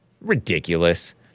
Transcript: Ridiculous